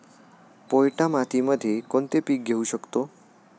पोयटा मातीमध्ये कोणते पीक घेऊ शकतो?